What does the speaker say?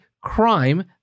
crime